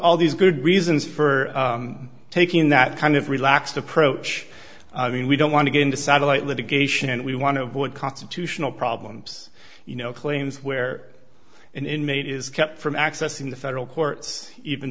all these good reasons for taking that kind of relaxed approach i mean we don't want to get into satellite litigation and we want to avoid constitutional problems you know claims where an inmate is kept from accessing the federal courts even